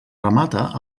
remata